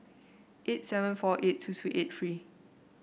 eight seven four eight two two eight three